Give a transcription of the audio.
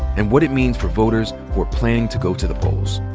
and what it means for voters who are planning to go to the polls.